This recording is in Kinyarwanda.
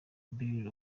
bill